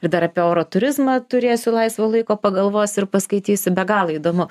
ir dar apie oro turizmą turėsiu laisvo laiko pagalvosiu ir paskaitysiu be galo įdomu